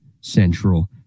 central